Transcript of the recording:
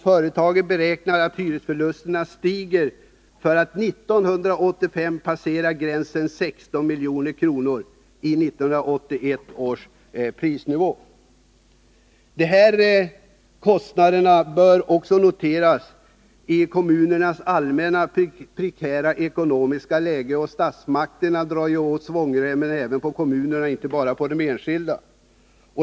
Företaget beräknar att hyresförlusterna stiger för att år 1985 passera gränsen 16 milj.kr. räknat efter 1981 års prisnivå. Dessa kostnader bör också noteras mot bakgrund av kommunernas allmänt prekära ekonomiska läge. Statsmakterna drar ju åt svångremmen även på kommunerna och inte bara på de enskilda.